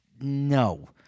No